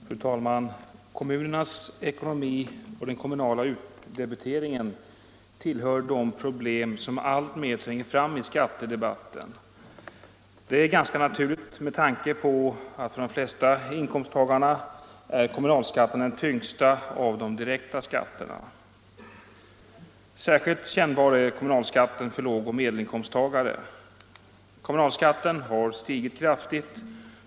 Fru talman! Kommunernas ekonomi och den kommunala utdebiteringen tillhör de problem som alltmer tränger fram i skattedebatten. Detta är ganska naturligt med tanke på att kommunalskatten för de flesta inkomsttagare är den tyngsta av de direkta skatterna. Särskilt kännbar är kommunalskatten för lågoch medelinkomsttagare. Kommunalskatten har stigit kraftigt.